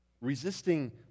Resisting